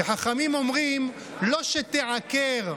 וחכמים אומרים: "לא שתיעקר,